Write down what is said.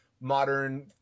modern